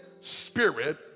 spirit